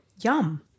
Yum